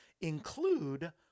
include